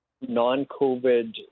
non-COVID